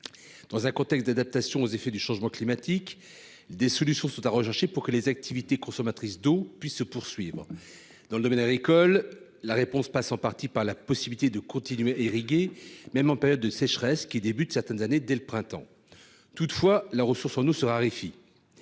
Dans un contexte d'adaptation aux effets du changement climatique, des solutions sont à rechercher pour que les activités consommatrices d'eau puissent se poursuivre. Dans le domaine agricole, la réponse passe en partie par la possibilité de continuer à irriguer, même pendant les périodes de sécheresse, lesquelles, certaines années, débutent dès le printemps. Toutefois, la ressource en eau se raréfie.